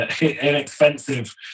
inexpensive